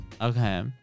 Okay